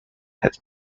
had